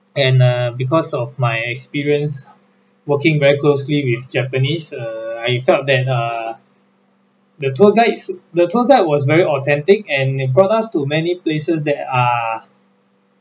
and uh because of my experience working very closely with japanese err I felt that ah the tour guide s~ the tour guide was very authentic and it brought us to many places that are